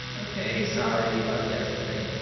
okay sorry about yesterday